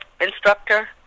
instructor